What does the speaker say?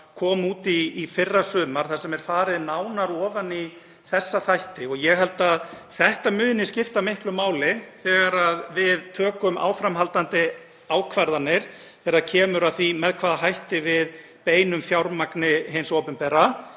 kom út í fyrrasumar þar sem farið er nánar ofan í þessa þætti. Ég held að þetta muni skipta miklu máli þegar við tökum áframhaldandi ákvarðanir um það hvert við beinum fjármagni hins opinbera